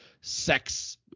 sex